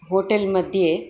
hotel मध्ये